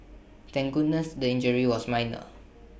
thank goodness the injury was minor